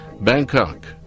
Bangkok